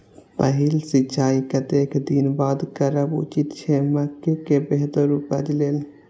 पहिल सिंचाई कतेक दिन बाद करब उचित छे मके के बेहतर उपज लेल?